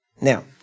Now